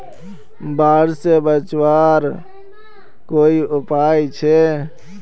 बाढ़ से फसल बचवार कोई उपाय छे?